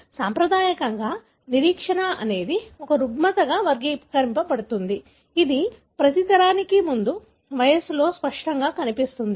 సాంప్రదాయకంగా నిరీక్షణ అనేది ఒక రుగ్మతగా వర్గీకరించబడుతుంది ఇది ప్రతి తరానికి ముందు వయస్సు లో స్పష్టంగా కనిపిస్తుంది